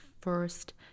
first